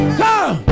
come